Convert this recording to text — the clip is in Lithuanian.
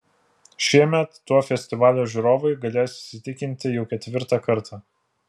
šiemet tuo festivalio žiūrovai galės įsitikinti jau ketvirtą kartą